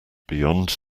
beyond